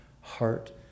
heart